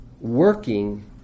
working